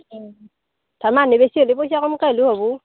ধৰ মানুহ বেছি হ'লে পইচা কমকৈ হ'লেও হ'ব